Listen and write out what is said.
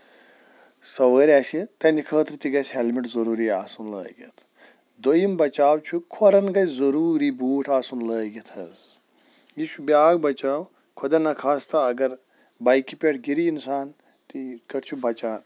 سَوٲرۍ آسہِ تٔہندِ خٲطرٕ تہِ گژھِ ہیلمٹ آسُن ضروٗری لٲگِتھ دٔیُم بَچاو چھُ کھۄرن گژھِ ضروٗری بوٗٹھ آسُن لٲگِتھ حظ یہِ چھُ بیاکھ بَچاو خۄدا نَخاستا اَگر بایکہِ پٮ۪ٹھ گِرِ اِنسان تہٕ یِتھۍ کٲٹھۍ چھُ بَچان